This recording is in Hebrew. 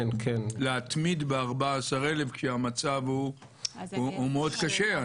להתמיד ב-14,000 כשהמצב הוא מאוד קשה?